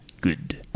good